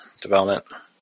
development